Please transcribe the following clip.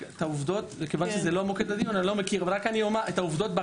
כיוון שזה לא מוקד הדיון אני לא מכיר אבל אני אגיד רק את העובדות.